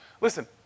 Listen